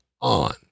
on